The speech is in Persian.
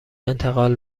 انتقال